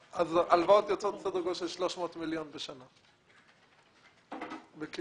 הלוואות יוצאות בסדר גודל של 300 מיליון שקלים בשנה בקירוב.